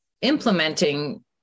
implementing